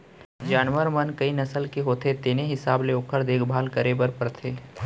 जानवर मन कई नसल के होथे तेने हिसाब ले ओकर देखभाल करे बर परथे